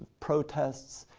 protests,